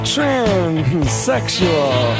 Transsexual